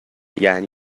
یعنی